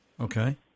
Okay